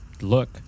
look